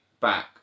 back